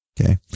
Okay